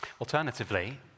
Alternatively